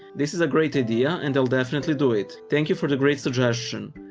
this is a great idea and i'll definitely do it. thank you for the great suggestion.